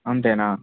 అంతేనా